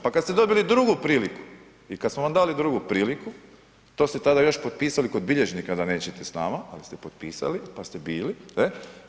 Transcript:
Pa kad ste dobili drugi priliku i kad smo vam dali priliku, to ste tada još potpisali kod bilježnika da nećete s nama, ali ste potpisali pa ste bili, ne.